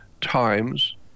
times